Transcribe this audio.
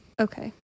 Okay